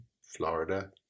Florida